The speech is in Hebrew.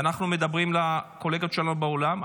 ואנחנו מדברים לקולגות שלנו בעולם,